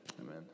Amen